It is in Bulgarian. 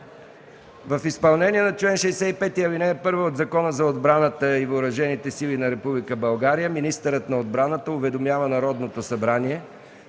В изпълнение на чл. 65, ал. 1 от Закона за отбраната и въоръжените сили на Република България министърът на отбраната уведомява Народното събрание,